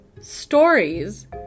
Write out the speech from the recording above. stories